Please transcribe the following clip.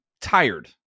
tired